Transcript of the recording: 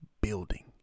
building